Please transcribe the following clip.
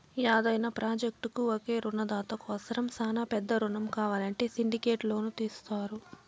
యాదైన ప్రాజెక్టుకు ఒకే రునదాత కోసరం శానా పెద్ద రునం కావాలంటే సిండికేట్ లోను తీస్తారు